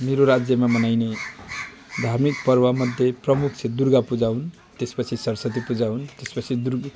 मेरो राज्यमा मनाइने धार्मिक पर्वमध्ये प्रमुख चाहिँ दुर्गा पूजा हुन् त्यसपछि सरसती पूजा हुन् त्यसपछि